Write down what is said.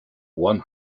one